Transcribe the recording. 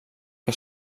que